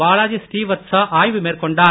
பாலாஜி ஸ்ரீவத்சா ஆய்வு மேற்கொண்டார்